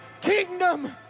kingdom